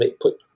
put